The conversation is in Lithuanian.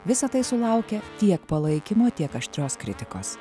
visa tai sulaukia tiek palaikymo tiek aštrios kritikos